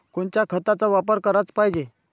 कोनच्या खताचा वापर कराच पायजे?